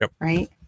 right